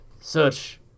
search